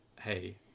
Hey